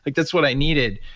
like that's what i needed.